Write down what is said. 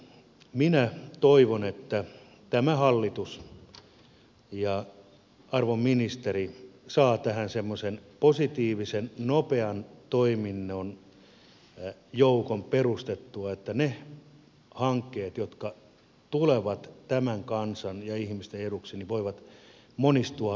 minä toivon että tämä hallitus ja arvon ministeri saa tähän semmoisen positiivisen nopean toiminnon joukon perustettua että ne hankkeet jotka tulevat tämän kansan ja ihmisten eduksi voivat monistua monessa kunnassa